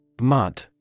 Mud